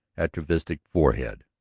atavistic forehead,